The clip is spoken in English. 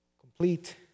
complete